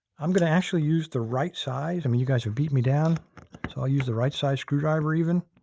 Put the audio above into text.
i'm going to actually use the right size. i mean, you guys have beat me down. so i'll use the right size screwdriver even.